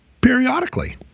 periodically